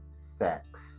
sex